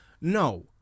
No